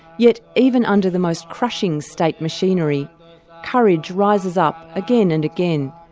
yet even under the most crushing state machinery courage rises up again and again,